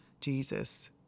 Jesus